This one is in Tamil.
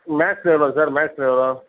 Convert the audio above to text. மேக்ஸ்ஸில் எவ்வளோ சார் மேக்ஸ்ஸில் எவ்வளோ